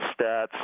stats